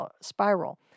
spiral